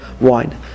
wine